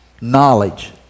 knowledge